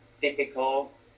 difficult